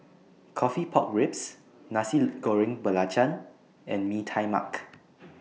Coffee Pork Ribs Nasi Goreng Belacan and Mee Tai Mak